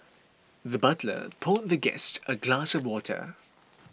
the butler poured the guest a glass of water